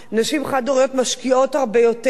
נשים חד-הוריות משקיעות הרבה יותר,